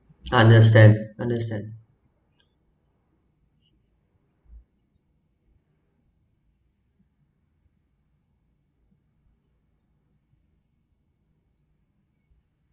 understand understand